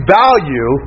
value